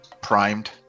primed